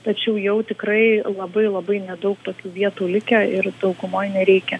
tačiau jau tikrai labai labai nedaug tokių vietų likę ir daugumoj nereikia